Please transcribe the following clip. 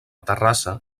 terrassa